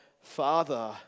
Father